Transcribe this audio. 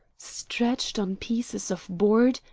stretched on pieces of board,